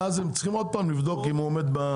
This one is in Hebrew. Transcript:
ואז הם צריכים שוב לבדוק אם הוא עומד.